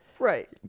Right